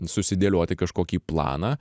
susidėlioti kažkokį planą